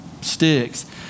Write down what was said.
sticks